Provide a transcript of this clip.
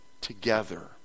together